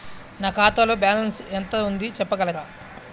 నా ఖాతాలో బ్యాలన్స్ ఎంత ఉంది చెప్పగలరా?